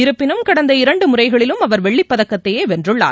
இருப்பினும் கடந்த இரண்டு முறைகளிலும் அவர் வெள்ளிப்பதக்கத்தையே வென்றுள்ளார்